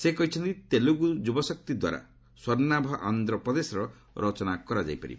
ସେ କହିଛନ୍ତି ତେଲୁଗୁ ଯୁବଶକ୍ତି ଦ୍ୱାରା ସ୍ୱର୍ଷ୍ଣାଭ ଆନ୍ଧ୍ରପ୍ରଦେଶର ରଚନା ହୋଇପାରିବ